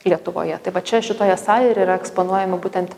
lietuvoje tai va čia šitoje salėje ir yra eksponuojami būtent